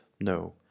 no